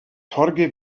torge